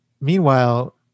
Meanwhile